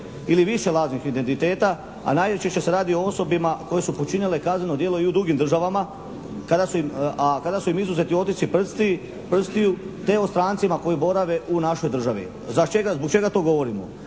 ili više lažnih identiteta, a najčešće se radi o osobama koje su počinile kazneno djelo i u drugim državama, a kada su im izuzeti otisci prstiju te o strancima koji borave u našoj državi. Za čega, zbog čega to govorimo?